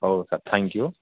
ହଉ sir thank you